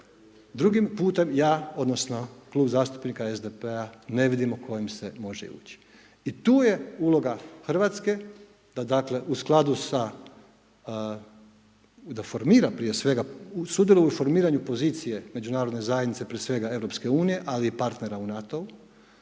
Drugim putem ja, odnosno klub zastupnika SDP-a ne vidimo kojim se može ići. I tu je uloga RH da dakle, u skladu sa, da formira prije svega, sudjeluje u formiranju pozicije međunarodne zajednice, prije svega EU, ali i partnera u NATO-u